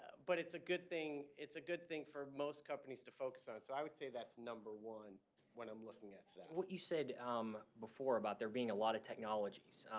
but it's a good thing. it's a good thing for most companies to focus on. so i would say that's number one when i'm looking into that. what you said um before about there being a lot of technologies.